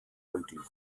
möglich